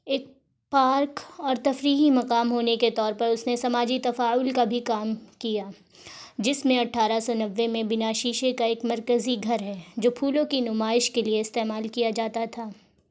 ایک پارک اور تفریحی مقام ہونے کے طور پر اس نے سماجی تفاعل کا بھی کام کیا جس میں اٹھارہ سو نوے میں بنا شیشے کا ایک مرکزی گھر ہے جو پھولوں کی نمائش کے لیے استعمال کیا جاتا تھا